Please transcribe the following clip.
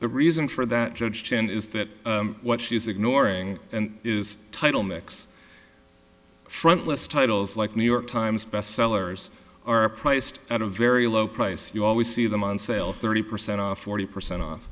the reason for that judge chen is that what she is ignoring and is title mix front list titles like new york times best sellers are priced at a very low price you always see them on sale thirty percent forty percent off